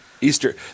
Easter